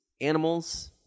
animals